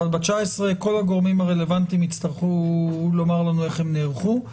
אבל ב-19 כל הגורמים הרלוונטיים יצטרכו לומר לנו איך הם נערכו.